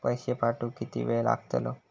पैशे पाठवुक किती वेळ लागतलो?